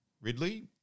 Ridley